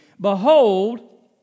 Behold